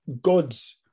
gods